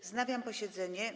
Wznawiam posiedzenie.